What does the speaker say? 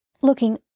looking